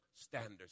Standards